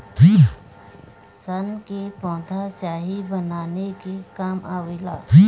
सन के पौधा स्याही बनावे के काम आवेला